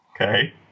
Okay